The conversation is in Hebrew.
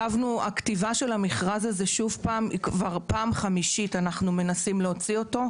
זו כבר הפעם החמישית שאנחנו מנסים להוציא את המכרז הזה,